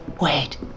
Wait